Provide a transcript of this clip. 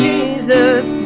Jesus